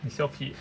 你笑屁